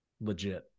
legit